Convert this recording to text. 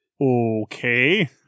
Okay